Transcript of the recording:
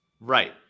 Right